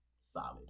solid